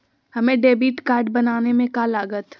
हमें debit card बनाने में का लागत?